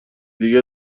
دیگر